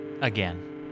Again